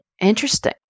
Interesting